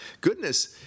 Goodness